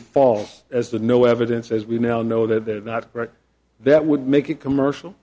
false as to no evidence as we now know that they're not right that would make it commercial